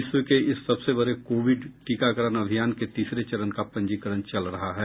विश्व के इस सबसे बडे कोविड टीकाकरण अभियान के तीसरे चरण का पंजीकरण चल रहा है